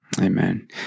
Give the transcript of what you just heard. Amen